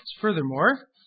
Furthermore